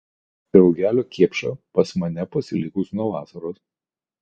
draugelio kepša pas mane pasilikus nuo vasaros